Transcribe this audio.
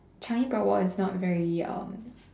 Changi Broadwalk is not very um